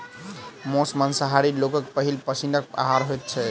मौस मांसाहारी लोकक पहिल पसीनक आहार होइत छै